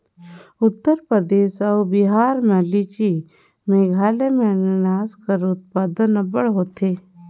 उत्तर परदेस अउ बिहार में लीची, मेघालय में अनानास कर उत्पादन अब्बड़ होथे